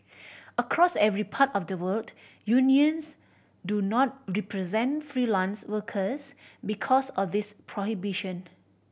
across every part of the world unions do not represent freelance workers because of this prohibition